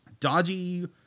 dodgy